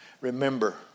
remember